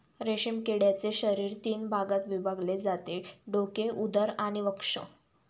रेशीम किड्याचे शरीर तीन भागात विभागले जाते डोके, उदर आणि वक्ष